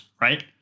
right